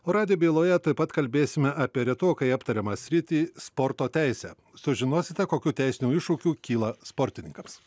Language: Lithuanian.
o radijo byloje taip pat kalbėsime apie retokai aptariamą sritį sporto teisę sužinosite kokių teisinių iššūkių kyla sportininkams